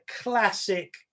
classic